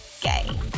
gay